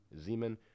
Zeman